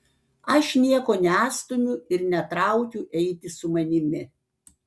aš nieko nestumiu ir netraukiu eiti su manimi